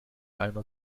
einer